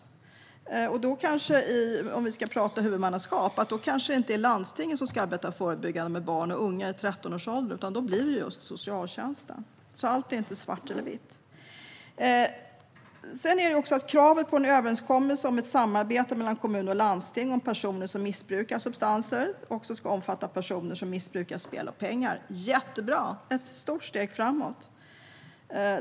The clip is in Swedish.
Om vi ska tala om huvudmannaskap kanske det inte är landstinget som ska arbeta förebyggande med barn och unga i 13-årsåldern, utan då blir det just socialtjänsten. Allt är inte svart eller vitt. Kravet på en överenskommelse om ett samarbete mellan kommuner och landsting om personer som missbrukar substanser ska också omfatta personer som missbrukar spel om pengar. Det är jättebra och ett stort steg framåt.